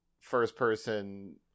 first-person